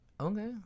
Okay